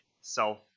self